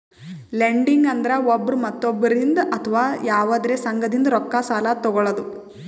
lending ಅಂದ್ರ ಒಬ್ರ್ ಮತ್ತೊಬ್ಬರಿಂದ್ ಅಥವಾ ಯವಾದ್ರೆ ಸಂಘದಿಂದ್ ರೊಕ್ಕ ಸಾಲಾ ತೊಗಳದು